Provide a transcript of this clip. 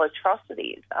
atrocities